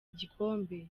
igikombe